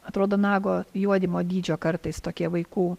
atrodo nago juodymo dydžio kartais tokie vaikų